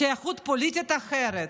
שייכות פוליטית אחרת?